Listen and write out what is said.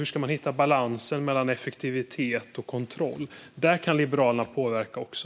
Hur ska man hitta balansen mellan effektivitet och kontroll? Där kan Liberalerna påverka också.